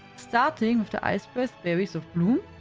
starting with the icebreath berries of bloom,